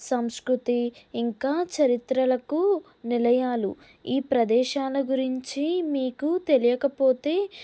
సంస్కృతి ఇంకా చరిత్రలకు నిలయాలు ఈ ప్రదేశాల గురించి మీకు తెలియకపోతే